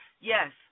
yes